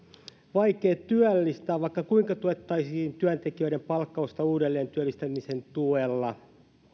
vaikea työllistää vaikka kuinka tuettaisiin työntekijöiden palkkausta uudelleen työllistämisen tuella